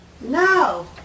No